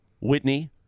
Whitney